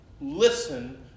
listen